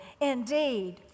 indeed